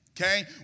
Okay